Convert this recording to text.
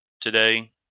today